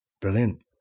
brilliant